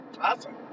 Awesome